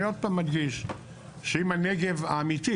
אני עוד פעם מדגיש שאם הנגב האמיתי